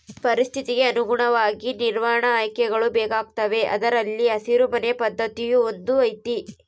ಪರಿಸ್ಥಿತಿಗೆ ಅನುಗುಣವಾಗಿ ನಿರ್ವಹಣಾ ಆಯ್ಕೆಗಳು ಬೇಕಾಗುತ್ತವೆ ಅದರಲ್ಲಿ ಹಸಿರು ಮನೆ ಪದ್ಧತಿಯೂ ಒಂದು ಐತಿ